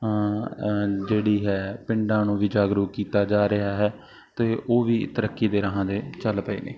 ਜਿਹੜੀ ਹੈ ਪਿੰਡਾਂ ਨੂੰ ਵੀ ਜਾਗਰੂਕ ਕੀਤਾ ਜਾ ਰਿਹਾ ਹੈ ਅਤੇ ਉਹ ਵੀ ਤਰੱਕੀ ਦੇ ਰਾਹਾਂ ਦੇ ਚੱਲ ਪਏ ਨੇ